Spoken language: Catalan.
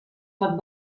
pot